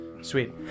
Sweet